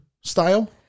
style